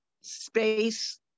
space